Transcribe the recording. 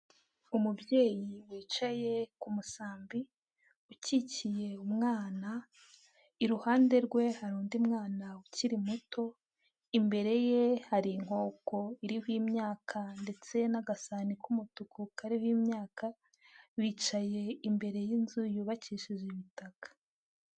Umubyeyi wicaye ku musambi ukikiye umwana, iruhande rwe hari undi mwana ukiri muto, imbere ye hari inkoko iriho imyaka ndetse n'agasani k'umutuku kariho imoyaka, bicaye imbere y'inzu yubakishije ibitaka.